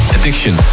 Addiction